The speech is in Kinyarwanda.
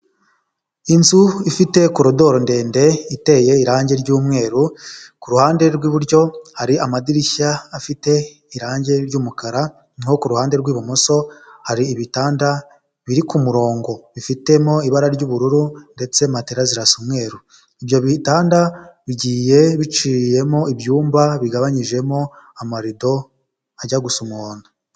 Inzu ifite korodoro ndende, iteye irangi ryumweru, ku ruhande rw'iburyo hari amadirishya afite irangi ry'umukara, naho kuruhande rw'ibumoso hari ibitanda biri ku murongo, bifitemo ibara ry'ubururu ndetse matera zirasa umweruru ibyo bitanda bigiye biciyemo ibyumba bigabanyijemo amarido ajya gu gusa umuhondo.